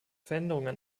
veränderungen